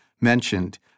mentioned